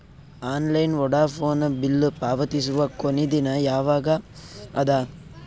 Online Vodafone bill ಪಾವತಿಸುವ ಕೊನಿ ದಿನ ಯವಾಗ ಅದ?